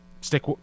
stick